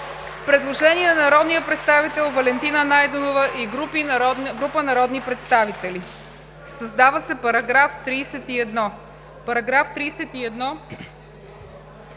Предложение на народния представител Валентина Найденова и група народни представители: „Създава се § 31: „§ 31.